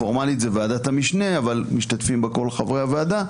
פורמלית זאת ועדת המשנה אבל משתתפים בה כל חברי הוועדה